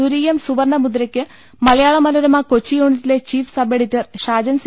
തുരീയം സുവർണ്ണ മുദ്രയ്ക്ക് മലയാള മനോരമ കൊച്ചി യൂണിറ്റിലെ ചീഫ്സബ് എഡിറ്റർ ഷാജൻ സി